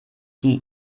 die